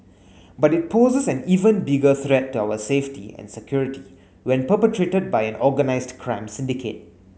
but it poses an even bigger threat to our safety and security when perpetrated by an organised crime syndicate